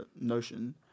notion